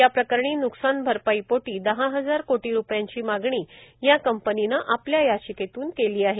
या प्रकरणी न्कसान भरपाई पोटी दहा हजार कोटी रुपयांची मागणी या कंपनीने आपल्या याचिकेतून केली आहे